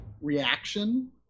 reaction